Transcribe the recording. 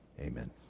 Amen